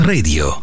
Radio